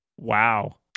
Wow